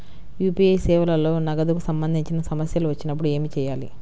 UPI సేవలలో నగదుకు సంబంధించిన సమస్యలు వచ్చినప్పుడు ఏమి చేయాలి?